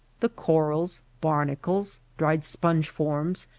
the corals, barnacles, dried sponge forms,